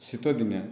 ଶୀତ ଦିନେ